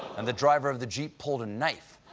and the driver of the jeep pulled a knife,